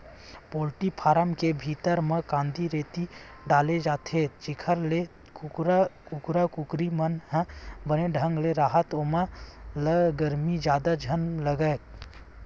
poultry farm के भीतरी म कांदी, रेती डाले जाथे जेखर ले कुकरा कुकरी मन ह बने ढंग ले राहय ओमन ल गरमी जादा झन लगय